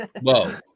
Whoa